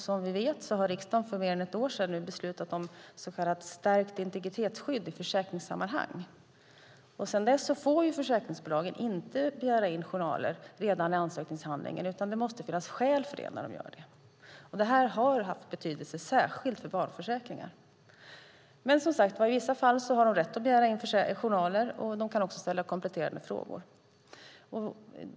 Som vi vet har riksdagen för mer än ett år sedan beslutat om ett så kallat stärkt integritetsskydd i försäkringssammanhang. Sedan dess får försäkringsbolagen inte begära in journaler redan i ansökningshandlingen, utan det måste finnas skäl för det. Detta har haft betydelse, särskilt för barnförsäkringen. Men i vissa fall har de rätt att begära in journaler, och de kan också ställa kompletterande frågor.